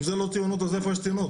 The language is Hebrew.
אם זה לא ציונות אז איפה יש ציונות?